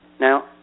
now